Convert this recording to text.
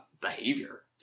behavior